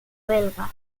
belga